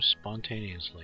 spontaneously